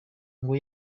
ngo